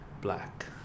Black